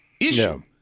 issue